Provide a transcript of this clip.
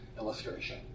illustration